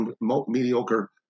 mediocre